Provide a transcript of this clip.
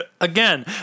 Again